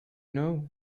know